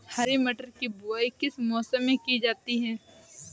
हरी मटर की बुवाई किस मौसम में की जाती है?